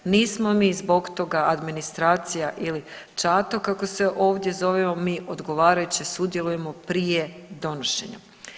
Nismo mi zbog toga administracija ili ćato kako se ovdje zovemo, mi odgovarajuće sudjelujemo prije donošenja.